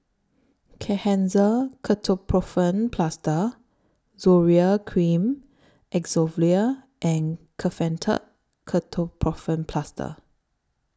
Kenhancer Ketoprofen Plaster Zoral Cream Acyclovir and Kefentech Ketoprofen Plaster